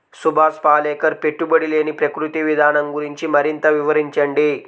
సుభాష్ పాలేకర్ పెట్టుబడి లేని ప్రకృతి విధానం గురించి మరింత వివరించండి